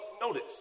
notice